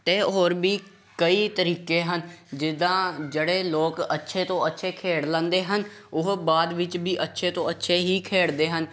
ਅਤੇ ਹੋਰ ਵੀ ਕਈ ਤਰੀਕੇ ਹਨ ਜਿੱਦਾਂ ਜਿਹੜੇ ਲੋਕ ਅੱਛੇ ਤੋਂ ਅੱਛੇ ਖੇਡ ਲੈਂਦੇ ਹਨ ਉਹ ਬਾਅਦ ਵਿੱਚ ਵੀ ਅੱਛੇ ਤੋਂ ਅੱਛੇ ਹੀ ਖੇਡਦੇ ਹਨ